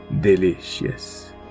delicious